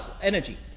energy